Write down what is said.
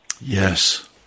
Yes